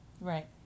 Right